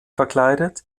verkleidet